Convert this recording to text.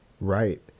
Right